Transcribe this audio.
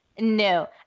No